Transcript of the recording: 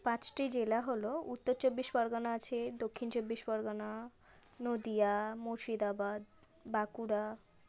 পাঁচটি জেলা হল উত্তর চব্বিশ পরগনা আছে দক্ষিণ চব্বিশ পরগনা নদিয়া মুর্শিদাবাদ বাঁকুড়া